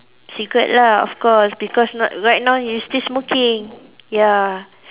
cigarette lah of course because not right now you still smoking ya